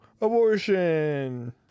abortion